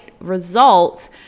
results